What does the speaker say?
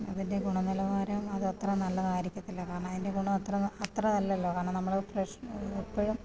അതിൻ്റെ ഗുണനിലവാരം അത് അത്ര നല്ലതായിരിക്കത്തില്ല കാരണം അതിൻ്റെ ഗുണം അത്ര അത്ര ഇതല്ലല്ലോ കാരണം നമ്മൾ എപ്പോഴും